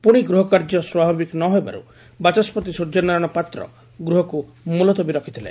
ପୁଶି ଗୃହ କାର୍ଯ୍ୟ ସ୍ୱାଭାବିକ ନ ହେବାରୁ ବାଚସ୍ୱତି ସ୍ ଯ୍ୟନାରାୟଶ ପାତ୍ର ଗୃହକୁ ମୁଲତବୀ ରଖିଥିଲେ